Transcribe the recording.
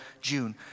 June